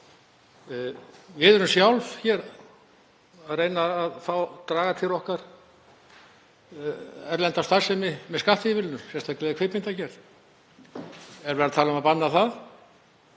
Við erum sjálf að reyna að draga til okkar erlenda starfsemi með skattaívilnun, sérstaklega í kvikmyndagerð. Eru menn að tala um að banna það?